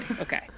Okay